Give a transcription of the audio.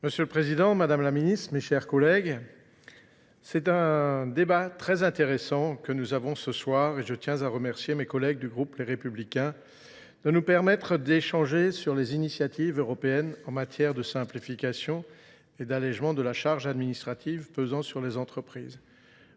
Monsieur le Président, Madame la Ministre, mes chers collègues, c'est un débat très intéressant que nous avons ce soir et je tiens à remercier mes collègues du groupe Les Républicains de nous permettre d'échanger sur les initiatives européennes en matière de simplification et d'allègement de la charge administrative pesant sur les entreprises,